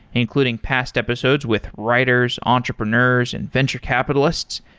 including past episodes with writers, entrepreneurs and venture capitalists,